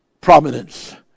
prominence